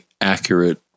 accurate